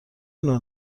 نوع